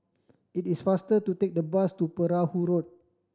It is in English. it is faster to take the bus to Perahu Road